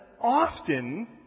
often